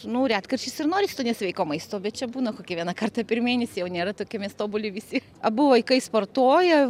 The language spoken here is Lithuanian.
nu retkarčiais ir norisi to nesveiko maisto bet čia būna kokį vieną kartą per mėnesį jau nėra tokie mes tobuli visi abu vaikai sportuoja